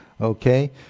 Okay